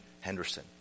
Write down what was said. Henderson